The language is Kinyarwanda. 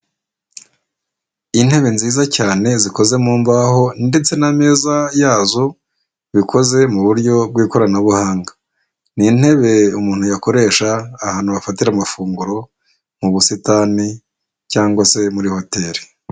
Intebe nziza cyane zikoze mu mbaho ndetse n'ameza yazo bikoze muburyo bw'ikoranabuhanga ni intebe umuntu yakoresha ahantu bafatira amafunguro mu busitani cyangwa se muri hoteli.